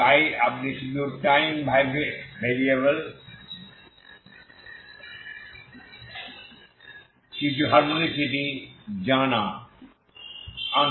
তাই আপনি শুধু টাইম ভ্যারিয়েবল কিছু হার্মনিসিটি আনা